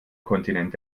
kontinent